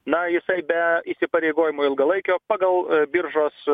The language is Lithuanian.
na jisai be įsipareigojimo ilgalaikio pagal biržos